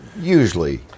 usually